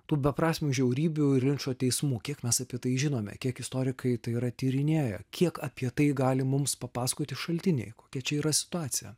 tų beprasmių žiaurybių ir linčo teismų kiek mes apie tai žinome kiek istorikai tai yra tyrinėję kiek apie tai gali mums papasakoti šaltiniai kokia čia yra situacija